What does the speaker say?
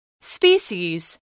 Species